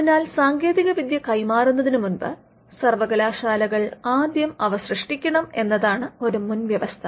അതിനാൽ സാങ്കേതികവിദ്യ കൈമാറുന്നതിനുമുമ്പ് സർവ്വകലാശാലകൾ ആദ്യം അവ സൃഷ്ടിക്കണം എന്നതാണ് ഒരു മുൻവ്യവസ്ഥ